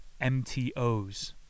MTOs